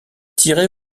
tirez